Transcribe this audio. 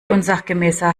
unsachgemäßer